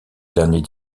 dernier